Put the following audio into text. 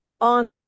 on